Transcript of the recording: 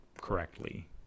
correctly